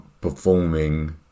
performing